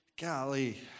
Golly